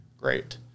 great